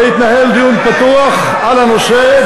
והתנהל דיון פתוח על הנושא,